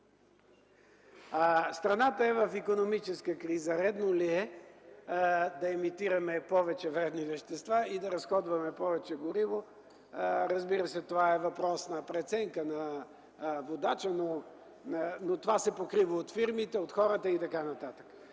Страната е в икономическа криза. Редно ли е да емитираме повече вредни вещества и да разходваме повече гориво? Разбира се, това е въпрос на преценка на водача, но това се покрива от фирмите, от хората и така нататък.